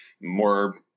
more